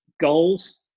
goals